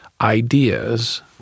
ideas